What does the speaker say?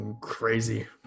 crazy